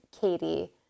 Katie